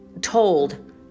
told